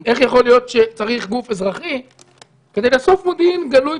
איך יכול להיות שצריך גוף אזרחי כדי לאסוף מודיעין גלוי,